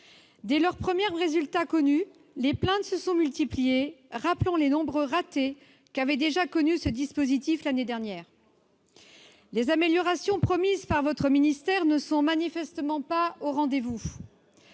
Dès les premiers résultats connus, les plaintes se sont multipliées, rappelant les nombreux ratés qu'avait déjà connus ce dispositif l'année dernière. Les améliorations promises par votre ministère ne sont manifestement pas au rendez-vous.